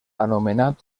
anomenat